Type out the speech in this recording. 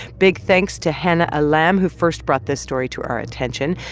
big thanks to hannah allam, who first brought this story to our attention.